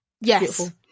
Yes